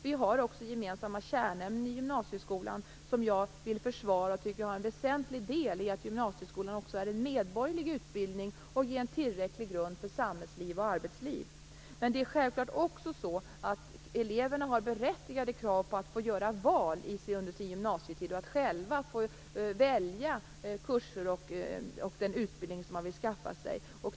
Vi har också gemensamma kärnämnen i gymnasieskolan som jag vill försvara och som jag tycker har en väsentlig del i att gymnasieskolan också är en medborgerlig utbildning och ger en tillräcklig grund för samhällsliv och arbetsliv. Men självklart har eleverna också berättigade krav på att få göra val under sin gymnasietid, att själva få välja kurser och den utbildning som man vill skaffa sig.